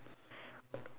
place your bets here